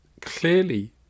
clearly